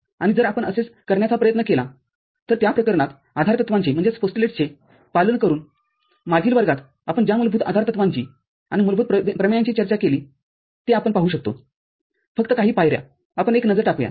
आणि जर आपण असे करण्याचा प्रयत्न केला तरत्या प्रकरणातआधारतत्वांचेपालन करून मागील वर्गात आपण ज्या मूलभूत आधारतत्वांचीआणि मूलभूत प्रमेयांची चर्चा केलीते आपण पाहू शकतो फक्त काही पायऱ्याआपण एक नजर टाकूया